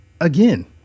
again